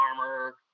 armor